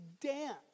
dance